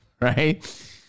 Right